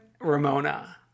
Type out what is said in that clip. Ramona